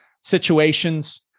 situations